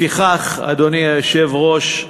לפיכך, אדוני היושב-ראש,